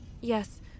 Yes